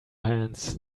hands